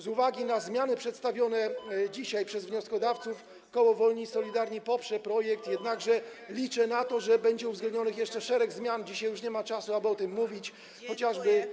Z uwagi na zmiany przedstawione dzisiaj przez wnioskodawców koło Wolni i Solidarni poprze projekt, jednakże liczę na to, że będzie uwzględnionych jeszcze szereg zmian - dzisiaj już nie ma czasu, aby o tym mówić - chociażby.